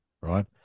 right